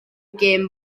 gêm